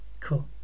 cool